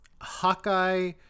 Hawkeye